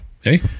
Hey